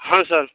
हाँ सर